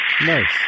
Nice